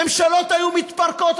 ממשלות היו מתפרקות,